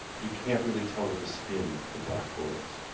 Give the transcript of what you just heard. you can't really tell what the spin of the black hole is.